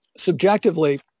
Subjectively